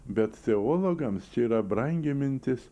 bet teologams čia yra brangi mintis